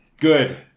Good